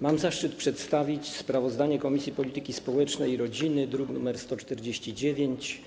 Mam zaszczyt przedstawić sprawozdanie Komisji Polityki Społecznej i Rodziny, druk nr 149,